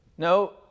No